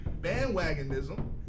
Bandwagonism